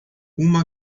uma